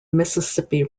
mississippi